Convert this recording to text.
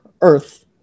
earth